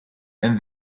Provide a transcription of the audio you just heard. and